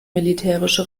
militärische